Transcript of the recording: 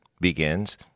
begins